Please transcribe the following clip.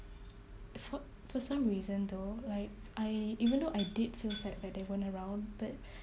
for for some reason though like I even though I did feel sad that they weren't around but